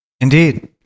indeed